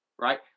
right